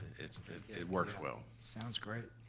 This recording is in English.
it works well. sounds great,